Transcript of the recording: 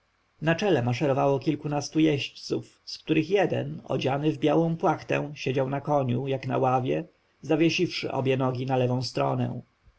na czele maszerowało kilkunastu jeźdźców z których jeden odziany w białą płachtę siedział na koniu jak na ławie zwiesiwszy obie nogi na lewą stronę